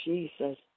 Jesus